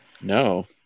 No